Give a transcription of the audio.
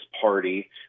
party